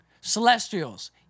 Celestials